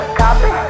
copy